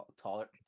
taller